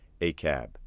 ACAB